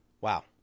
wow